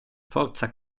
forza